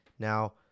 Now